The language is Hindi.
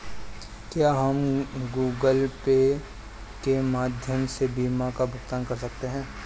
क्या हम गूगल पे के माध्यम से बीमा का भुगतान कर सकते हैं?